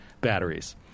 batteries